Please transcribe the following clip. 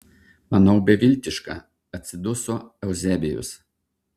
manau beviltiška atsiduso euzebijus